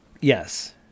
Yes